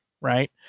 right